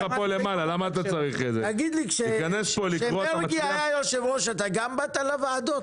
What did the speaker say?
אתה לא נותן לי --- תגיד לי כשמרגי היה יושב ראש אתה גם באת לוועדות?